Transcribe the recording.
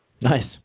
Nice